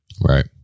Right